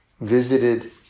visited